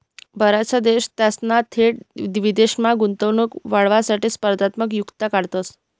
बराचसा देश त्यासना थेट विदेशमा गुंतवणूक वाढावासाठे स्पर्धात्मक युक्त्या काढतंस